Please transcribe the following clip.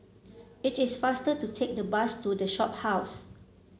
it is faster to take the bus to The Shophouse